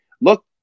look